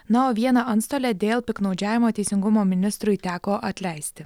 na o vieną antstolę dėl piktnaudžiavimo teisingumo ministrui teko atleisti